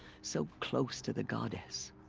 so close to the goddess.